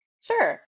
Sure